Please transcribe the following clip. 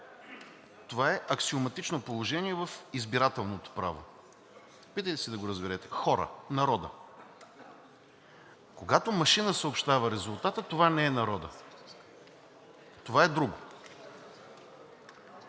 Това е аксиоматично положение в избирателното право. Опитайте се да го разберете – хора, народа. Когато машина съобщава резултата, това не е народът. Това е друго.